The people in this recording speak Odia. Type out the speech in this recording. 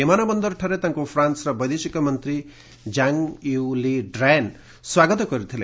ବିମାନବନ୍ଦରଠାରେ ତାଙ୍କୁ ଫ୍ରାନ୍ନର ବୈଦେଶିକମନ୍ତ୍ରୀ ଜାଂ ୟୁ ଲି ଡ୍ରାୟାନ୍ ସ୍ୱାଗତ କରିଥିଲେ